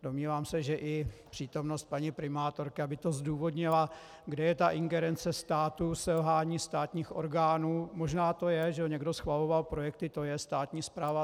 Domnívám se, že i přítomnost paní primátorky, aby to zdůvodnila, kde je ta ingerence státu, selhání státních orgánů, možná to je, že někdo schvaloval projekty, tj. státní správa atd. atd.